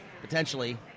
potentially